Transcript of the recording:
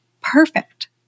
Perfect